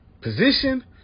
position